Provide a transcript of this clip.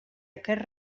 aquest